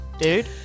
dude